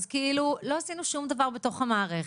אז לא עשינו שום דבר בתוך המערכת.